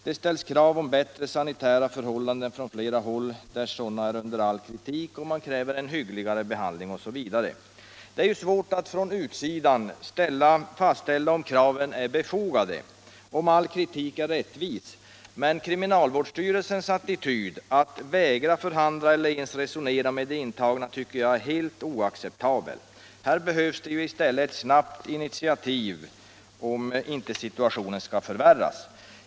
Det ställs krav på bättre sanitära förhållanden från flera håll där dessa är under all kritik, man kräver hyggligare behandling osv. Det är svårt att från utsidan fastställa om kraven är befogade, om all kritik är rättvis, men kriminalvårdsstyrelsens attityd att vägra förhandla eller ens resonera med de intagna tycker jag är helt oacceptabel. Här behövs i stället ett snabbt initiativ, om inte situationen skall förvärras.